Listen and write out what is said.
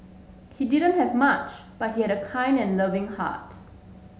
he didn't have much but he had a kind and loving heart